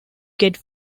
get